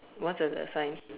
what's your other sign